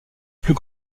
plus